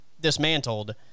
dismantled